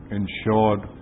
ensured